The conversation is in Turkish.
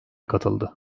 katıldı